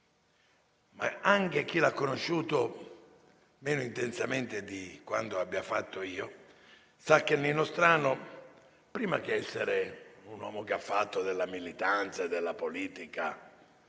Ma anche chi l'ha conosciuto meno intensamente di quanto abbia fatto io sa che Nino Strano, prima di essere un uomo che ha fatto della militanza e della politica